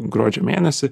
gruodžio mėnesį